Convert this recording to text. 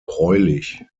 gräulich